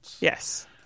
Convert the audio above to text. Yes